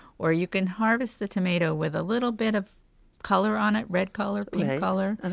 or you can harvest the tomato with a little bit of color on it red color, pink color. and